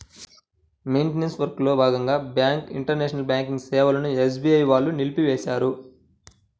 maintenance వర్క్లో భాగంగా bank internet banking సేవలను ఎస్బీఐ వాళ్ళు నిలిపేశారు